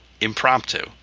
impromptu